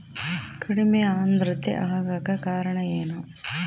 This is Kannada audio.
ಕಡಿಮೆ ಆಂದ್ರತೆ ಆಗಕ ಕಾರಣ ಏನು?